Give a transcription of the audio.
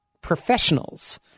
professionals